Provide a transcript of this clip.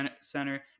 center